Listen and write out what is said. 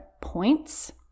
points